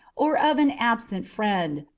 or of an absent friend,